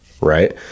right